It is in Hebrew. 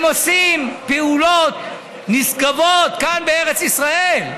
הם עושים פעולות נשגבות כאן, בארץ ישראל.